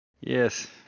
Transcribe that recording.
Yes